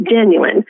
genuine